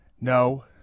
No